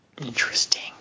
Interesting